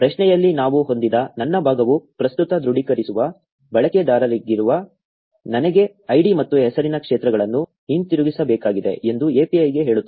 ಪ್ರಶ್ನೆಯಲ್ಲಿ ನಾವು ಹೊಂದಿದ್ದ ನನ್ನ ಭಾಗವು ಪ್ರಸ್ತುತ ದೃಢೀಕರಿಸುವ ಬಳಕೆದಾರರಾಗಿರುವ ನನಗೆ ಐಡಿ ಮತ್ತು ಹೆಸರಿನ ಕ್ಷೇತ್ರಗಳನ್ನು ಹಿಂತಿರುಗಿಸಬೇಕಾಗಿದೆ ಎಂದು API ಗೆ ಹೇಳುತ್ತದೆ